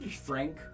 Frank